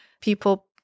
people